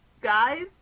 Guys